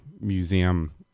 museum